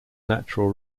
natural